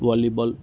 volleyball